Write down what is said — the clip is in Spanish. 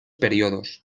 periodos